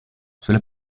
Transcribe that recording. cela